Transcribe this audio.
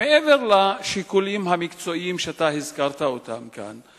מעבר לשיקולים המקצועיים שאתה הזכרת אותם כאן,